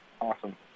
Awesome